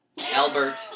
Albert